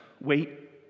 Wait